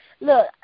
Look